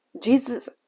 jesus